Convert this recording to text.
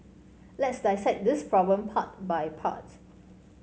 let's dissect this problem part by part